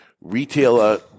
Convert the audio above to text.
retailer